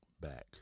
back